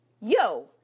Yo